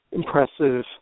impressive